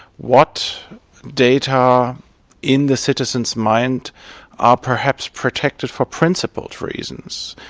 what data in the citizen's mind are perhaps protected for principled reasons?